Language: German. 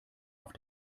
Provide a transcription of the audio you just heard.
auf